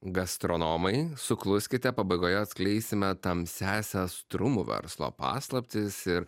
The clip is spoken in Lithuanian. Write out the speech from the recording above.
gastronomai sukluskite pabaigoje atskleisime tamsiąsias trumų verslo paslaptis ir